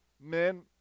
men